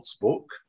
book